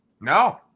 No